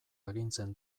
agintzen